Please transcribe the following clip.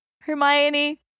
Hermione